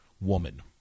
Woman